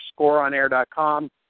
scoreonair.com